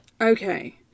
Okay